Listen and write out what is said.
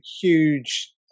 huge